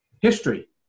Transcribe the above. history